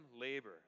labor